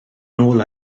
nôl